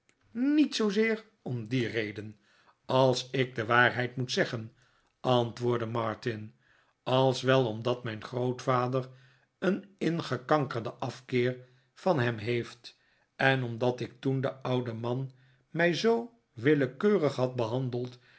niet zoozeer om die reden als ik de waarheid moet zeggen antwoordde martin als wel omdat mijn grootvader een ingekankerden afkeer van hem heeft en omdat ik toen de oude man mij zoo willekeurig had behandeld